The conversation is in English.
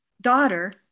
daughter